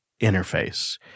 interface